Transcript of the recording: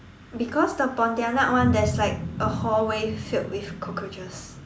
because the pontianak one that's like a hallway filled with cockroaches